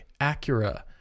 Acura